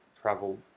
travel